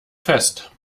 fest